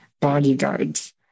bodyguards